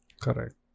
Correct